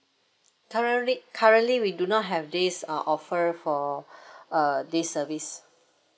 currently currently we do not have this uh offer for uh this service